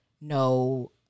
no